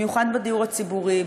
במיוחד בדיור הציבורי,